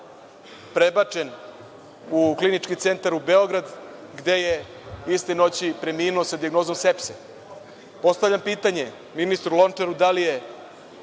prebačen u Klinički centar u Beograd gde je iste noći preminuo sa dijagnozom sepse. Postavljam pitanje ministru Lončaru - da li je